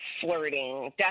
flirting